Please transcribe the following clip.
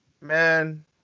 Man